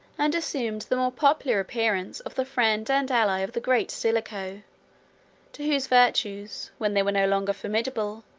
and assumed the more popular appearance of the friend and ally of the great stilicho to whose virtues, when they were no longer formidable,